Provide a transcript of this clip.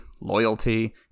loyalty